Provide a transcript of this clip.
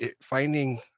finding